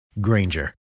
Granger